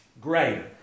greater